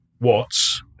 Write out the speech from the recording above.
Watts